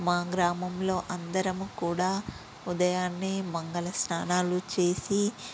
మా గ్రామంలో అందరమూ కూడా ఉదయాన్నే మంగళ స్నానాలు చేసి